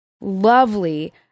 lovely